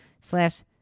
slash